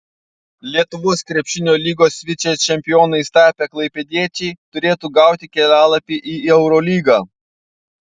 lietuvos krepšinio lygos vicečempionais tapę klaipėdiečiai turėtų gauti kelialapį į eurolygą